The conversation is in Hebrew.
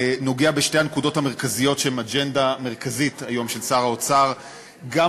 נוגע בשתי הנקודות המרכזיות שהן אג'נדה מרכזית של שר האוצר היום,